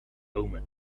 omen